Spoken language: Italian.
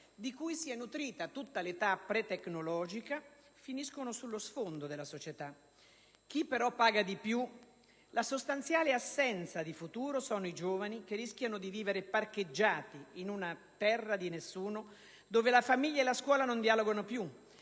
di cui si è nutrita tutta l'età pre-tecnologica, finiscono sullo sfondo della società. Chi però paga di più la sostanziale assenza di futuro sono i giovani, che rischiano di vivere parcheggiati in una terra di nessuno, dove la famiglia e la scuola non dialogano più,